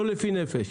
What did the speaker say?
לא לפי נפש.